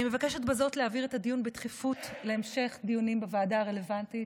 אני מבקשת בזאת להעביר את הדיון בדחיפות להמשך דיונים בוועדה הרלוונטית,